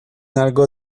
algo